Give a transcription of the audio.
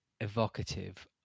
evocative